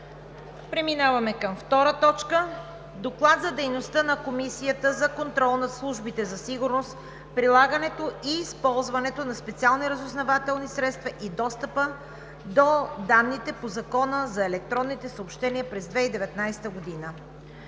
ДИМИТЪР ЛАЗАРОВ: „ДОКЛАД за дейността на Комисията за контрол над службите за сигурност, прилагането и използването на специалните разузнавателни средства и достъпа до данните по Закона за електронните съобщения през 2019 г.